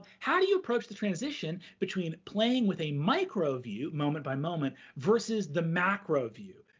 how do you approach the transition between playing with a micro view, moment by moment, versus the macro view,